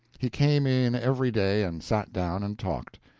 he came in every day and sat down and talked.